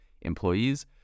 employees